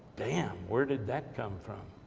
damn, where did that come from?